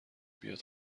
بیاد